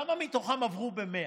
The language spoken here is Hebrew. כמה מתוכם עברו ב-100?